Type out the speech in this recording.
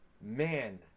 man